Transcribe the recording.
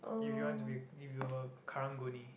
if you want to be if you were a Karang-Guni